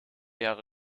jahre